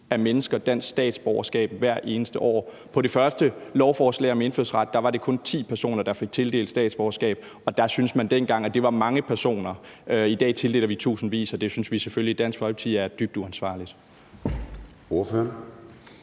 af mennesker dansk statsborgerskab hvert eneste år. På det første lovforslag om indfødsret var det kun ti personer, der fik tildelt statsborgerskab, og der syntes man dengang, at det var mange personer. I dag tildeler vi tusindvis, og det synes vi selvfølgelig i Dansk Folkeparti er dybt uansvarligt. Kl.